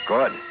Good